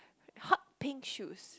hot pink shoes